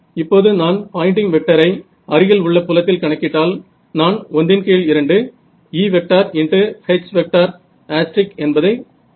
இப்போது நான் பாயின்டிங் வெக்டரை அருகில் உள்ள புலத்தில் கணக்கிட்டால் நான் 12 E H என்பதை செய்வேன்